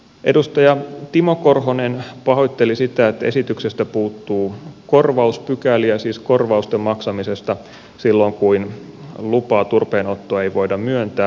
edustaja timo korhonen pahoitteli sitä että esityksestä puuttuu korvauspykäliä siis korvausten maksaminen silloin kun lupaa turpeenottoon ei voida myöntää